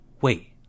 Wait